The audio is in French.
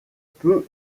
peu